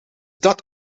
dat